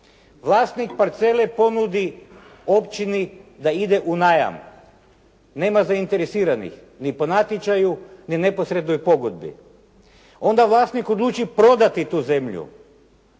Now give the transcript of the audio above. Vlasnik parcele ponudi općini da ide u najam. Nema zainteresiranih, ni po natječaju ni neposrednoj pogodbi. Onda vlasnik odluči prodati tu zemlju.